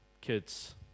kids